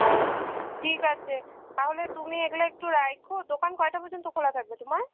ও ঠিক আছে তাহলে তুমি এগুলো একটু রাখো দোকান কটা পর্যন্ত খোলা থাকবে তোমার